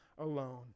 alone